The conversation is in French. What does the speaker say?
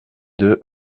deux